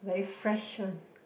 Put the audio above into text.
very fresh one